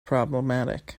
problematic